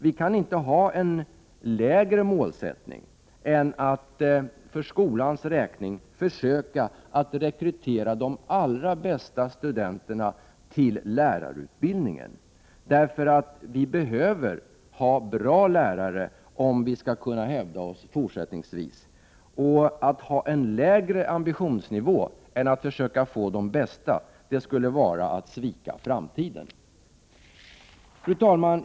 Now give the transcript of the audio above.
Vi kan inte ha en lägre målsättning för skolans räkning än att försöka att rekrytera de allra bästa studenterna till lärarutbildningen. Vi behöver ha bra lärare, och att ha en lägre ambitionsnivå än att försöka få de bästa skulle vara att svika framtiden.